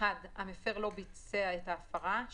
המפר לא ביצע את ההפרה,